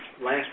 last